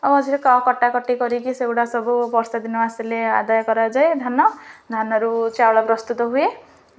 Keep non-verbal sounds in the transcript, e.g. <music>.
ଆଉ <unintelligible> କଟା କଟି କରିକି ସେଗୁଡ଼ା ସବୁ ବର୍ଷା ଦିନ ଆସିଲେ ଆଦାୟ କରାଯାଏ ଧାନ ଧାନରୁ ଚାଉଳ ପ୍ରସ୍ତୁତ ହୁଏ